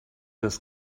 das